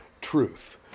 truth